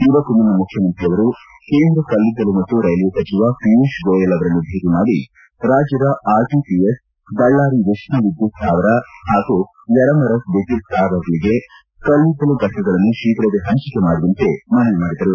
ಇದಕ್ಕೂ ಮುನ್ನ ಮುಖ್ಯಮಂತ್ರಿಯವರು ಕೇಂದ್ರ ಕಲ್ಲಿದ್ದಲು ಮತ್ತು ರೈಲ್ವೆ ಸಚಿವ ಪಿಯುಷ್ ಗೋಯಲ್ ಅವರನ್ನು ಭೇಟ ಮಾಡಿ ರಾಜ್ಯದ ಆರ್ಿಪಿಎಸ್ ಬಳ್ಲಾರಿ ಉಪ್ಷವಿದ್ಯುತ್ ಸ್ಥಾವರ ಹಾಗೂ ಯರಮರಸ್ ವಿದ್ಯುತ್ ಸ್ಥಾವರಗಳಿಗೆ ಕಲ್ಲಿದ್ದಲು ಫಟಕಗಳನ್ನು ಶೀಘ್ರವೇ ಹಂಚಿಕೆ ಮಾಡುವಂತೆ ಮನವಿ ಮಾಡಿದರು